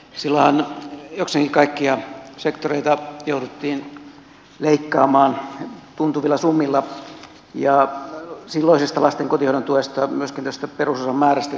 silloinhan jokseenkin kaikkia sektoreita jouduttiin leikkaamaan tuntuvilla summilla ja silloisesta lasten kotihoidon tuesta myöskin tästä perusosan määrästä tehtiin tarkistuksia